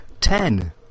Ten